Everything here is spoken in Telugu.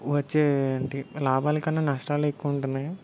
వచ్చే ఏంటి లాభాలు కన్నా నష్టాలే ఎక్కువుంటున్నాయి